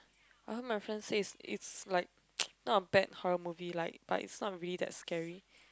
I heard my friend say is it's like not a bad horror movie like but is not really that scary